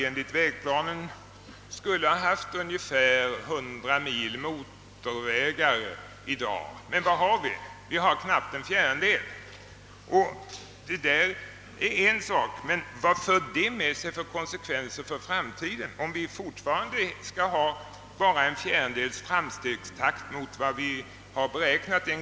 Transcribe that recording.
Enligt vägplanen skulle det i dag finnas ungefär 100 mil motorvägar, men vad har vi? Jo, vi har knappt en fjärdedel. Vilka blir de framtida konsekvenserna om vi fortfarande skall räkna med endast en fjärdedel av den framstegstakt som en gång förutsattes?